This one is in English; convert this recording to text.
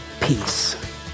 peace